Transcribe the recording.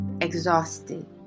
Exhausted